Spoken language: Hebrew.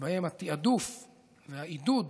שבהם התיעדוף והעידוד